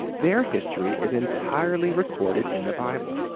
their history is entirely recorded in the bible.